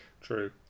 true